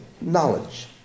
knowledge